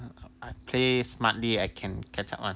I I play smartly I can catch up [one]